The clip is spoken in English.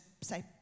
say